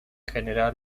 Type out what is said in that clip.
general